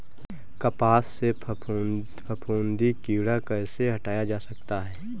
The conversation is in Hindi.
कपास से फफूंदी कीड़ा कैसे हटाया जा सकता है?